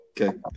Okay